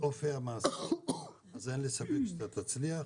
אז אין לי ספק שאתה תצליח,